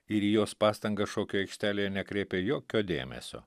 ir į jos pastangas šokių aikštelėje nekreipia jokio dėmesio